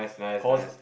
cause it